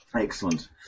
Excellent